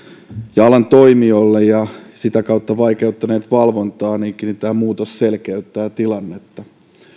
alan toimijoille ja sitä kautta ovat vaikeuttaneet valvontaa niin kyllä tämä muutos selkeyttää tilannetta